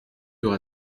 aura